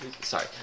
Sorry